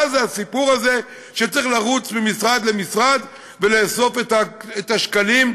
מה זה הסיפור הזה שצריך לרוץ ממשרד למשרד ולאסוף את השקלים,